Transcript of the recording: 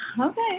Okay